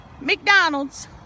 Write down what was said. McDonald's